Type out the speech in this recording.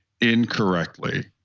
incorrectly